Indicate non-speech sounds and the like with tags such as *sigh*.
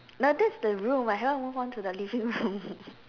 now that's the room I haven't move on to the living room *laughs*